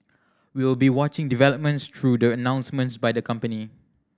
we will be watching developments through the announcements by the company